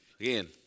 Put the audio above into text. Again